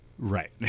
Right